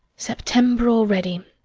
september already!